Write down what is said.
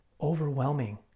overwhelming